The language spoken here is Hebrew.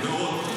מאוד.